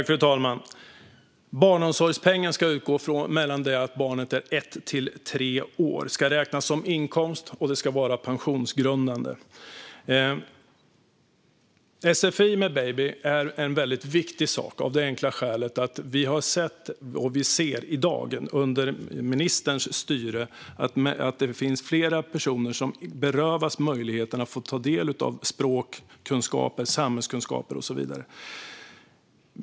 Fru talman! Barnomsorgspengen ska utgå från det att barnet är ett år till att det är tre år. Det ska räknas som inkomst, och det ska vara pensionsgrundande. Sfi med baby är en väldigt viktig sak av det enkla skälet att vi har sett, och i dag under ministerns styre ser, att det finns flera personer som berövas möjligheten att få ta del av språkkunskaper, samhällskunskaper och så vidare.